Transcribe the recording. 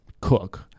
cook